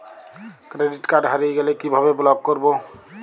Credit card হারিয়ে গেলে কি ভাবে ব্লক করবো?